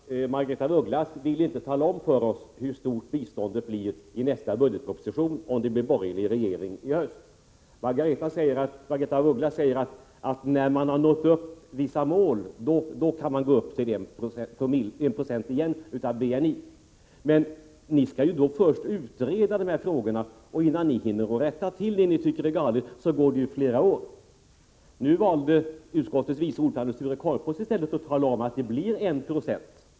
Fru talman! Margaretha af Ugglas vill inte tala om för oss hur stort biståndet blir i nästa budgetproposition, om det blir en borgerlig regering i höst. Hon säger att när man har uppnått vissa mål, kan man gå upp till I 96 av BNI. Men då skall ni ju först utreda dessa frågor, och innan ni hinner rätta till vad ni anser är galet går det flera år. Nu valde utskottets vice ordförande, Sture Korpås, i stället att tala om att det blir 1 26.